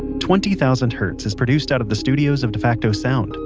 twenty thousand hertz is produced out of the studios of defacto sound,